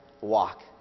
walk